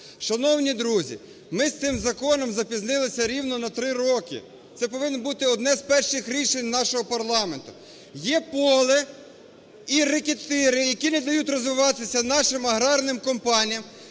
Шановні друзі, ми з цим законом запізнилися рівно на 3 роки, це повинно бути одне з перших рішень нашого парламенту. Є поле і рекетири, які не дають розвиватися нашим аграрним компаніям,